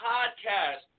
Podcast